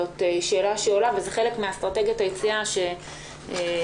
זאת שאלה שעולה וזה חלק מאסטרטגיית היציאה שטליה